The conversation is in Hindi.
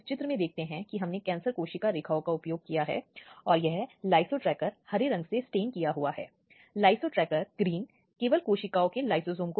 किसी भी आमने सामने बातचीत आरोपी और उस व्यक्ति के बीच जो पीड़ित है से बचा जाना चाहिए